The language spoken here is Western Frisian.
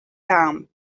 kaam